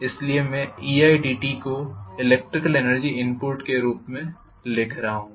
इसलिए मैं eidt को इलेक्ट्रिकल एनर्जी इनपुट के रूप में लिख रहा हूं